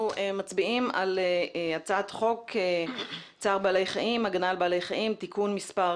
מצביעים על הצעת חוק צער בעלי חיים (הגנה על בעלי חיים) (תיקון מס'